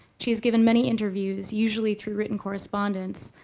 she has given many interviews, usually through written correspondence,